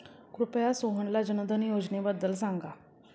कृपया सोहनला जनधन योजनेबद्दल सांगा